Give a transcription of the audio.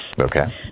okay